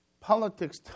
politics